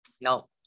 No